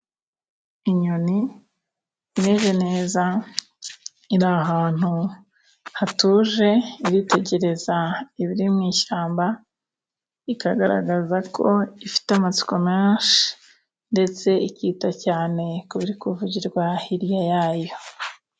Inyoni imeze neza, iri ahantu hatuje, iritegereza ibiri mu ishyamba, ikagaragaza ko ifite amatsiko menshi, ndetse ikita cyane ku biri kuvugirwa hirya yayo.